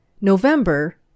November